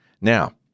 Now